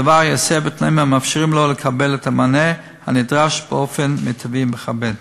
הדבר ייעשה בתנאים המאפשרים לו לקבל את המענה הנדרש באופן מיטבי ומכבד.